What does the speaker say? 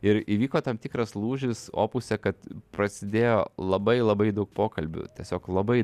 ir įvyko tam tikras lūžis opuse kad prasidėjo labai labai daug pokalbių tiesiog labai